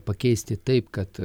pakeisti taip kad